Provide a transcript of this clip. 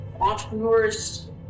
Entrepreneurs